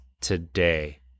today